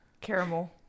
caramel